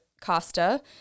Costa